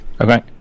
Okay